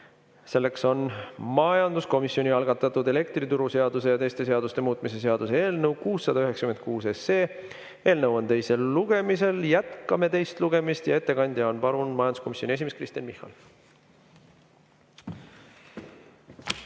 Selleks on majanduskomisjoni algatatud elektrituruseaduse ja teiste seaduste muutmise seaduse eelnõu 696. Eelnõu on teisel lugemisel, jätkame teist lugemist. Ettekandja on, palun, majanduskomisjoni esimees Kristen Michal!